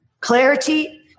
Clarity